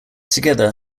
together